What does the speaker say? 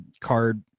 card